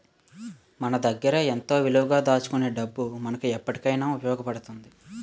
మన దగ్గరే ఎంతో విలువగా దాచుకునే డబ్బు మనకు ఎప్పటికైన ఉపయోగపడుతుంది